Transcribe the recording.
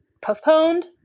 postponed